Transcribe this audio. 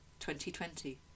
2020